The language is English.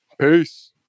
peace